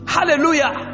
Hallelujah